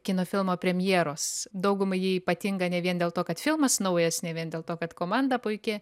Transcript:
kino filmo premjeros daugumai ji ypatinga ne vien dėl to kad filmas naujas ne vien dėl to kad komanda puiki